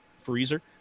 Freezer